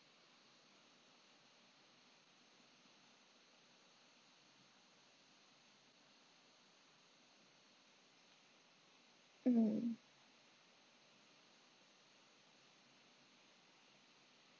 mmhmm